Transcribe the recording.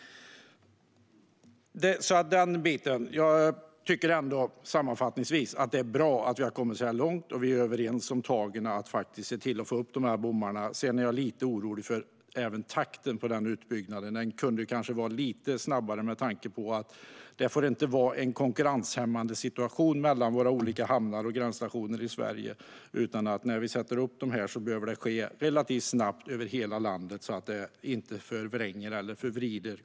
Jag tycker ändå sammanfattningsvis att det är bra att vi har kommit så här långt. Vi är överens om att vi måste se till att få upp de här bommarna. Sedan är jag lite orolig för takten på utbyggnaden. Den kunde kanske vara lite snabbare, med tanke på att det inte får råda en konkurrenshämmande situation mellan våra olika hamnar och gränsstationer i Sverige. När vi sätter upp bommarna behöver det ske relativt snabbt över hela landet, så att konkurrenssituationen inte förvrids.